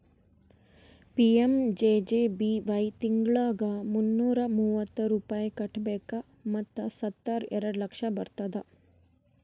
PMJJBY ತಿಂಗಳಾ ಮುನ್ನೂರಾ ಮೂವತ್ತು ರೂಪಾಯಿ ಕಟ್ಬೇಕ್ ಮತ್ ಸತ್ತುರ್ ಎರಡ ಲಕ್ಷ ಬರ್ತುದ್